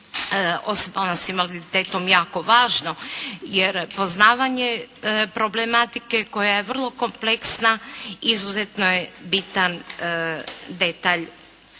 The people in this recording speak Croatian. osobama sa invaliditetom jako važno. Jer poznavanje problematike koja je vrlo kompleksna, izuzetno je bitan detalj